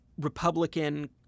Republican